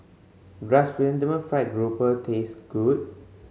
does Chrysanthemum Fried Grouper taste good